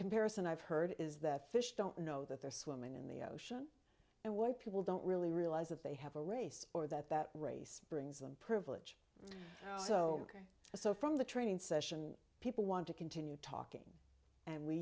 comparison i've heard is that fish don't know that they're swimming in the ocean and why people don't really realize that they have a race or that that race brings them privilege so ok so from the training session people want to continue talking and we